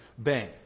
Bang